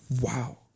Wow